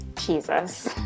Jesus